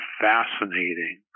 fascinating